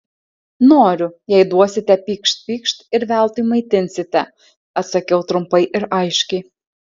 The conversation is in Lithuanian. noriu jei duosite pykšt pykšt ir veltui maitinsite atsakiau trumpai ir aiškiai